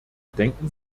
denken